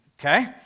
okay